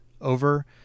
over